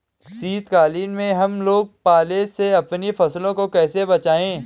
शीतकालीन में हम लोग पाले से अपनी फसलों को कैसे बचाएं?